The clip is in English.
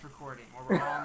recording